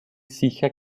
sicher